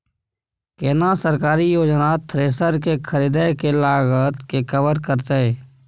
केना सरकारी योजना थ्रेसर के खरीदय के लागत के कवर करतय?